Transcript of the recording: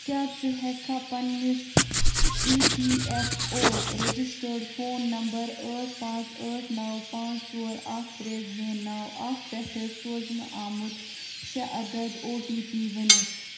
کیٛاہ ژٕ ہیٚککھا پننِس E P F O registered phone number ٲٹھ پانژھ ٲٹھ نو پانژھ ژور اکھ ترٛےٚ زٕ نو اکھ پٮ۪ٹھٕ سوزنہٕ آمُت شیٚے عدد او ٹی پی ؤنِتھ؟